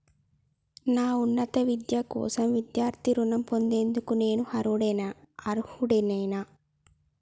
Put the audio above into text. నా ఉన్నత విద్య కోసం విద్యార్థి రుణం పొందేందుకు నేను అర్హుడినేనా?